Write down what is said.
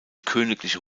königliche